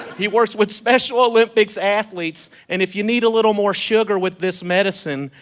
he works with special olympics athletes. and if you need a little more sugar with this medicine,